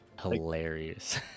hilarious